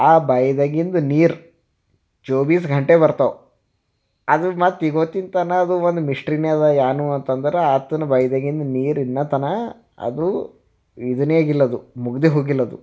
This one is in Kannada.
ಆ ಬಾಯಿಯಾಗಿಂದ ನೀರು ಚೌಬೀಸ್ ಗಂಟೆ ಬರ್ತಾವೆ ಅದು ಮತ್ತು ಇವತ್ತಿನ ತನಕ ಅದು ಒಂದು ಮಿಶ್ಟ್ರಿಯೇ ಇದೆ ಏನು ಅಂತಂದ್ರೆ ಆತನ ಬಾಯ್ದಾಗಿಂದ ನೀರು ಇನ್ನೂ ತನ ಅದು ಇದನೇ ಆಗಿಲ್ಲ ಅದು ಮುಗಿದೇ ಹೋಗಿಲ್ಲ ಅದು